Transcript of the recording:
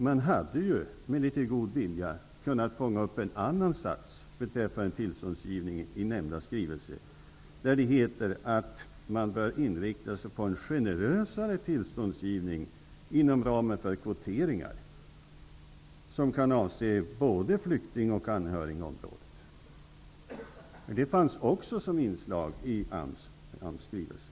Man hade, med litet god vilja, kunnat fånga upp en annan sats beträffande tillståndsgivning i nämnda skrivelse. Där heter det att man bör inrikta sig på en generösare tillståndsgivning inom ramen för kvoteringar som kan avse både flykting och anhörigområdet. Det fanns också som inslag i AMS skrivelse.